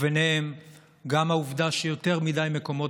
וביניהם גם העובדה שיותר מדי מקומות